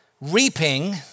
reaping